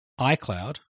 iCloud